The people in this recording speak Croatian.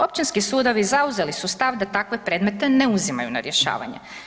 Općinski sudovi zauzeli su stav da takve predmete ne uzimaju na rješavanje.